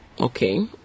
Okay